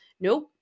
Nope